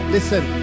Listen